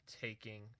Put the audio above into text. taking